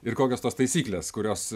ir kokios tos taisyklės kurios